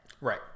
Right